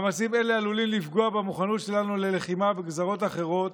ומאמצעים אלה עלולים לפגוע במוכנות שלנו ללחימה בגזרות אחרות,